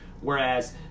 Whereas